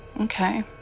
Okay